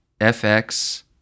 FX